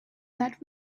that